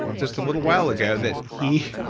just a little while ago, that he,